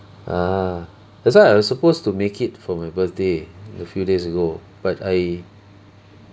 ah that's why I was supposed to make it for my birthday a few days ago but I